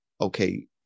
okay